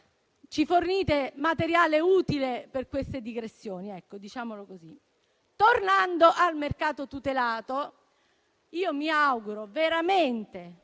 ci fornite materiale utile per queste digressioni. Tornando al mercato tutelato, mi auguro veramente